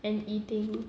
and eating